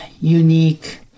unique